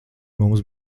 mums